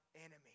enemy